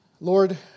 Lord